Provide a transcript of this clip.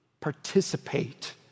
participate